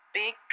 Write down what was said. big